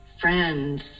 friends